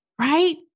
right